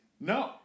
No